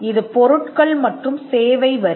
இது பொருட்கள் மற்றும் சேவை வரி